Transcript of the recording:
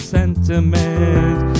sentiment